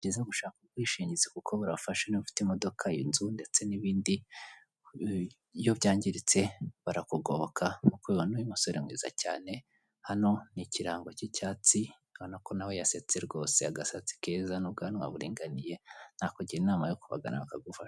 Ni byiza gushaka ubwishingizi kuko burafasha. Niba ufite imodoka, inzu ndetse n'ibindi iyo byangiritse barakugoboka. Nkuko ubibona uyu musore mwiza cyane, hano ni ikirango cy'icyatsi urabona ko na we yasetse rwose, agasatsi keza n'ubwanwa buringaniye, nakugira inama yo kubagana bakagufasha.